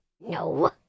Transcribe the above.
No